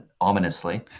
ominously